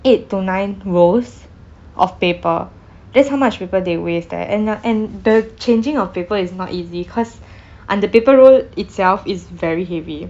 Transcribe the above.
eight to nine rolls of paper that's how much paper they waste there and uh and the changing of paper is not easy cause அந்த:antha paper roll itself is very heavy